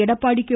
Edappadi K